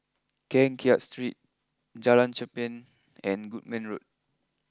Keng Kiat Street Jalan Cherpen and Goodman Road